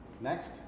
Next